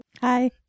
Hi